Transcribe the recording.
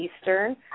Eastern